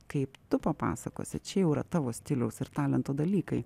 kaip tu papasakosi čia jau yra tavo stiliaus ir talento dalykai